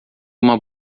uma